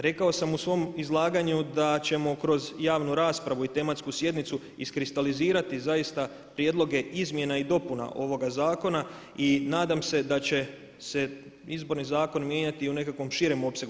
Rekao sam u svom izlaganju da ćemo kroz javnu raspravu i tematsku sjednicu iskristalizirati zaista prijedloge izmjena i dopuna ovoga zakona i nadam se daće se izborni zakoni mijenjati u nekakvom širem opsegu.